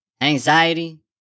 anxiety